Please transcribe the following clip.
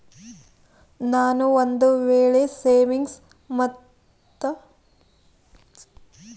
ನಾನು ಒಂದು ವೇಳೆ ಸೇವಿಂಗ್ಸ್ ಮತ್ತ ಕರೆಂಟ್ ಅಕೌಂಟನ್ನ ತೆಗಿಸಬೇಕಂದರ ಕೊಡಬೇಕಾದ ಕಾಗದ ಪತ್ರ ಏನ್ರಿ?